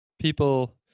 people